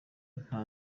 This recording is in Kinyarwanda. nta